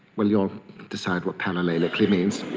well, you'll decide what palilalically means,